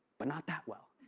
but not that well.